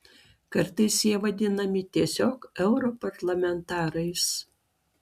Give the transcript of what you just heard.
kartais jie vadinami tiesiog europarlamentarais